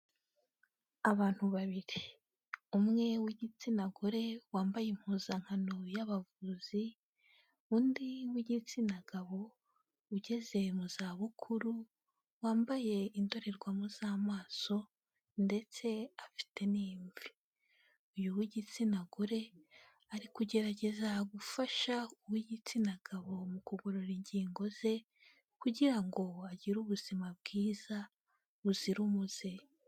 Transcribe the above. Abantu babiri. Umwe w'igitsina gore wambaye impuzankano y'abavuzi, undi w'igitsina gabo ugeze mu zabukuru, wambaye indorerwamo z'amaso, ndetse afite n'imvi. Uyu w'igitsina gore ari kugerageza gufasha uw'igitsina gabo mu kugorora ingingo ze, kugira ngo agire ubuzima bwiza buzira umuze.